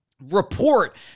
report